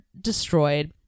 destroyed